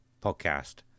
podcast